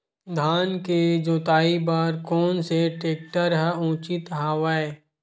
धान के जोताई बर कोन से टेक्टर ह उचित हवय?